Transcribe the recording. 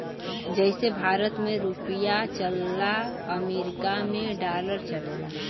जइसे भारत मे रुपिया चलला अमरीका मे डॉलर चलेला